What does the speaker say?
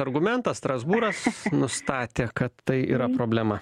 argumentą strasbūras nustatė kad tai yra problema